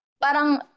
parang